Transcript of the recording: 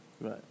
right